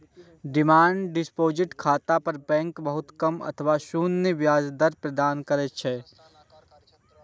demand deposit खाता पर bank बहुत कम अथवा शून्य ब्याज दर प्रदान करै छै